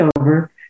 over